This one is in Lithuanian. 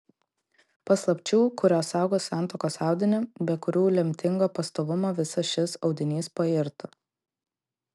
paslapčių kurios saugo santuokos audinį be kurių lemtingo pastovumo visas šis audinys pairtų